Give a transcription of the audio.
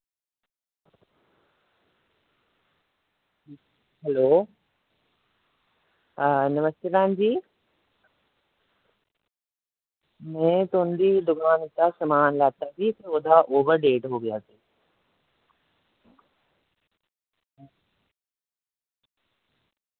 hello हां नमस्ते भैन जी में तुं'दी दकान उप्परा समान लैता ही ते ओह्दा ओवर डेट हो गया सी